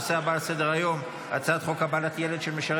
הנושא הבא על סדר-היום: הצעת חוק הצעת חוק קבלת ילד של משרת